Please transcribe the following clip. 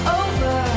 over